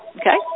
Okay